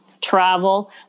travel